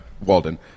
Walden